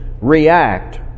react